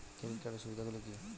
Credit কার্ডের সুবিধা গুলো কি?